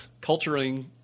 culturing